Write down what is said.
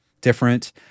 different